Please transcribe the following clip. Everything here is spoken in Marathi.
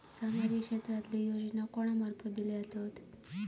सामाजिक क्षेत्रांतले योजना कोणा मार्फत दिले जातत?